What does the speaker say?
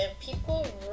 people